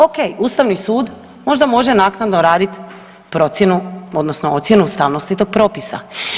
Ok, Ustavni sud možda može naknadno raditi procjenu odnosno ocjenu ustavnosti tog propisa.